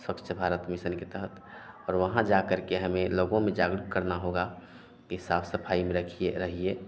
स्वच्छ भारत मिसन के तहत और वहाँ जाकर के हमें लोगों में जागरूक करना होगा कि साफ़ सफ़ाई में रखिए रहिए